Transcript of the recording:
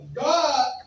God